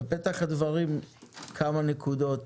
בפתח הדברים אומר כמה נקודות.